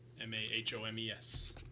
M-A-H-O-M-E-S